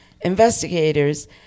investigators